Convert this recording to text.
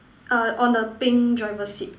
err on the pink driver seat